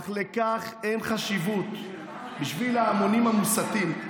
"אך לכך אין חשיבות בשביל ההמונים המוסתים.